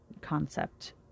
concept